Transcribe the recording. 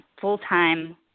full-time